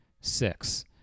six